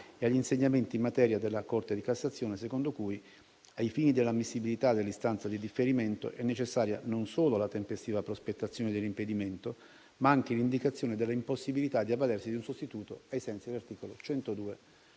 e agli insegnamenti in materia della Corte di cassazione, secondo cui, ai fini dell'ammissibilità dell'istanza di differimento, è necessaria non solo la tempestiva prospettazione dell'impedimento, ma anche l'indicazione dell'impossibilità di avvalersi di un sostituto ai sensi dell'articolo 102